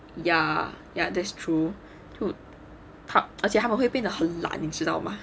ya ya that's true too 而且他们会变得很懒你知道吗